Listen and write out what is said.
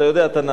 אתה יודע תנ"ך,